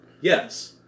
Yes